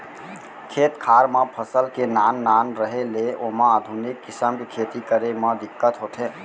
खेत खार म फसल के नान नान रहें ले ओमा आधुनिक किसम के खेती करे म दिक्कत होथे